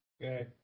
Okay